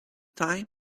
time